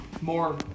more